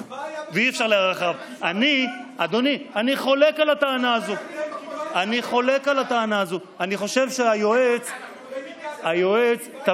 שאי-אפשר לערער אחר החלטות היועצים המשפטיים,